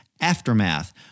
Aftermath